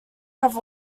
have